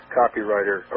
copywriter